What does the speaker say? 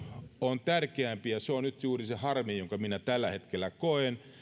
on tärkeämpi ja se on nyt juuri se harmi jonka minä tällä hetkellä koen